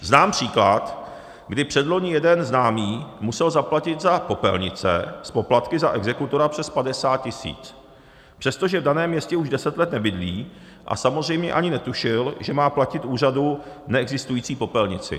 Znám příklad, kdy předloni jeden známý musel zaplatit za popelnice s poplatky za exekutora přes 50 tisíc, přestože v daném městě už deset let nebydlí a samozřejmě ani netušil, že má platit úřadu neexistující popelnici.